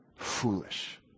Foolish